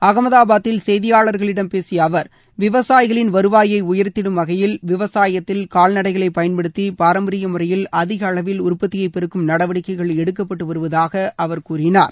அகமதாபாத்தில் செய்தியாளர்களிடம் பேசிய அவர் விவசாயிகளின் வருவாயை உயர்த்திடும் வகையில் விவசாயத்தில் கால்நடைகளை பயன்படுத்தி பாரம்பரிய முறையில் அதிக அளவில் உற்பத்தியை பெருக்கும் நடவடிக்கைகள் எடுக்கப்பட்டு வருவதாக அவர் கூறினார்